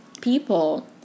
people